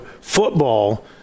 football